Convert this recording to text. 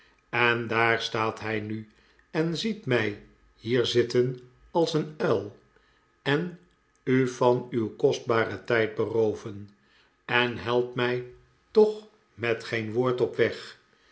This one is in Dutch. en daar staat hij nu en ziet mij hier zitten als een uil en u van uw kostbaren tijd berooven en helpt mij toch met geen woord op weg